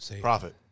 Profit